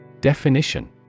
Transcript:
Definition